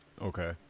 Okay